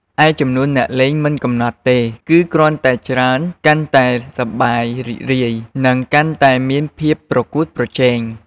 ឯចំនួនអ្នកលេងមិនកំណត់ទេ គឺកាន់តែច្រើនកាន់តែសប្បាយរីករាយ និងកាន់តែមានភាពប្រកួតប្រជែង។